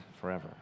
forever